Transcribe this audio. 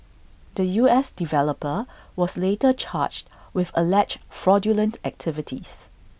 the U S developer was later charged with alleged fraudulent activities